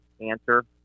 answer